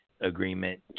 agreement